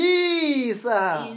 Jesus